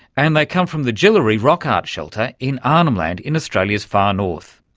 and they come from the djulirri rock art shelter in arnhem land in australia's far north.